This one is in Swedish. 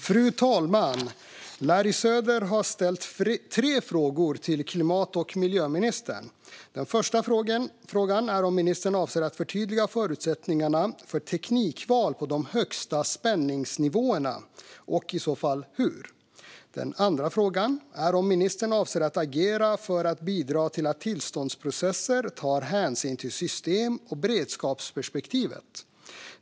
Fru talman! Larry Söder har ställt tre frågor till klimat och miljöministern. Den första frågan är om ministern avser att förtydliga förutsättningarna för teknikval på de högsta spänningsnivåerna och i så fall hur. Den andra frågan är om ministern avser att agera för att bidra till att tillståndsprocesser tar hänsyn till system och beredskapsperspektivet.